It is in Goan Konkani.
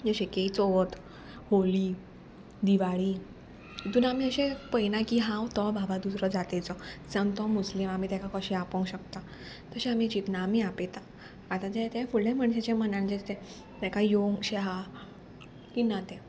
जशें की चवथ होळी दिवाळी तितून आमी अशें पयना की हांव तो भाबा दुसरो जातीचो सावन तो मुस्लीम आमी तेका कशें आपोंक शकता तशें आमी चिंतना आमी आपयता आतां जें तें फुडल्या मनशाचें मनान जें आसा तें तेका येवंक शें आहा की ना तें